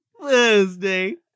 Thursday